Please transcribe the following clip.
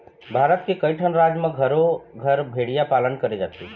भारत के कइठन राज म घरो घर भेड़िया पालन करे जाथे